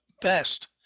best